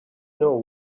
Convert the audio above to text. know